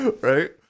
right